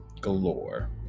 galore